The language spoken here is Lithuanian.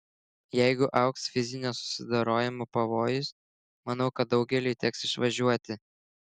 jeigu augs fizinio susidorojimo pavojus manau kad daugeliui teks išvažiuoti